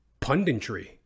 punditry